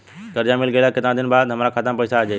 कर्जा मिल गईला के केतना समय बाद हमरा खाता मे पैसा आ जायी?